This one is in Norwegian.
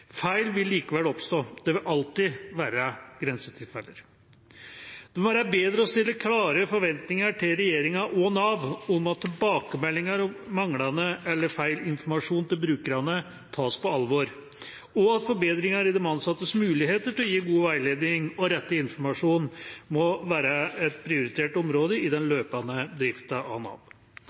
Feil vil likevel oppstå. Det vil alltid være grensetilfeller. Det må være bedre å stille klare forventninger til regjeringen og Nav om at tilbakemeldinger om manglende eller feil informasjon til brukerne tas på alvor, og at forbedringer av de ansattes muligheter til å gi god veiledning og rett informasjon må være et prioritert område i den løpende driften av Nav.